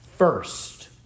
First